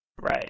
Right